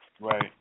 right